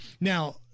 Now